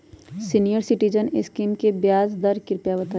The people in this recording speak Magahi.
सीनियर सिटीजन स्कीम के ब्याज दर कृपया बताईं